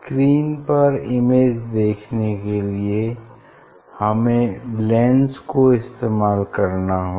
screen पर image देखने के लिए हमें लेंस को इस्तेमाल करना होगा